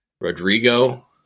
Rodrigo